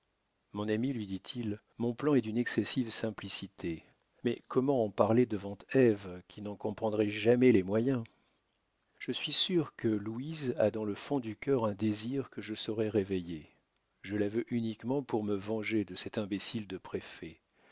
mon ami lui dit-il mon plan est d'une excessive simplicité mais comment en parler devant ève qui n'en comprendrait jamais les moyens je suis sûr que louise a dans le fond du cœur un désir que je saurai réveiller je la veux uniquement pour me venger de cet imbécile de préfet